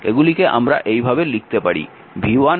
এগুলিকে আমরা এই ভাবে লিখতে পারি